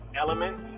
element